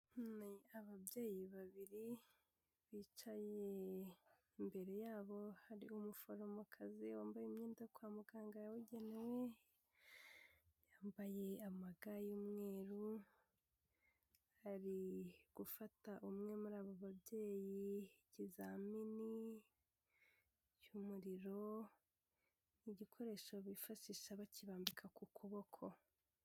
Ni ababyeyi babiri bicaye, imbere yabo hari umuforomokazi wambaye imyenda yo kwa muganga yabugenewe, yambaye amaga y'umweru, ari gufata umwe muri abo babyeyi ikizamini cy'umuriro, igikoresho bifashisha bakirambika ku kuboko.